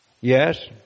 Yes